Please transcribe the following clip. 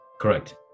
correct